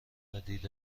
دید